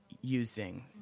using